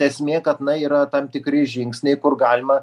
esmė kad na yra tam tikri žingsniai kur galima